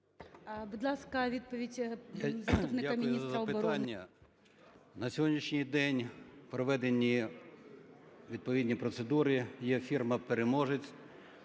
Будь ласка, відповідь заступника міністра оборони